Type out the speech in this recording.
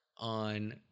on